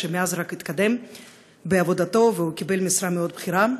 שמאז רק התקדם בעבודתו והוא קיבל משרה מאוד בכירה,